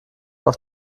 auf